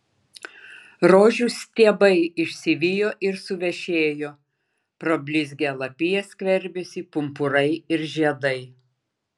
rožių stiebai išsivijo ir suvešėjo pro blizgią lapiją skverbėsi pumpurai ir žiedai